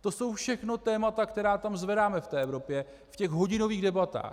To jsou všechno témata, která tam zvedáme v té Evropě v těch hodinových debatách.